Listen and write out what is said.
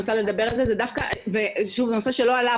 זה נושא שלא עלה,